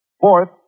Fourth